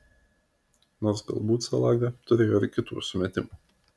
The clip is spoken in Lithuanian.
nors galbūt zalaga turėjo ir kitų sumetimų